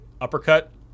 Uppercut